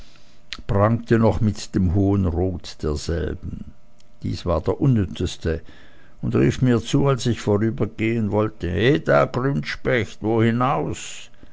prangte noch mit dem hohen rot derselben dies war der unnützeste und rief mir zu als ich vorübergehen wollte heda grünspecht wo hinaus